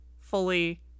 fully